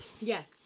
Yes